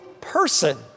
person